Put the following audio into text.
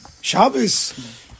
Shabbos